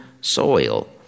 soil